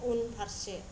उनफारसे